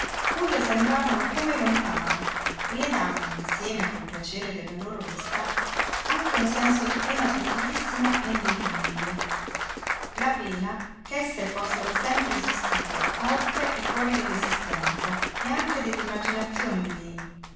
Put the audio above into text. pur le sembravano come lontane e le davano insieme col piacere della loro vista anche un senso di pena sottilissima e indefinibile la pena ch'esse fossero sempre esistite oltre è fuori dell'esistenza e anche dell'immaginazione di lei